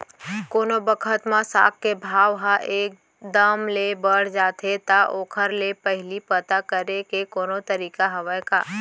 कोनो बखत म साग के भाव ह एक दम ले बढ़ जाथे त ओखर ले पहिली पता करे के कोनो तरीका हवय का?